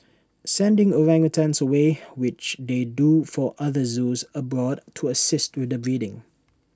sending orangutans away which they do for other zoos abroad to assist with breeding